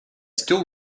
still